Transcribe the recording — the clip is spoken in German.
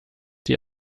die